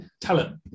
talent